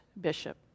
bishop